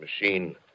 machine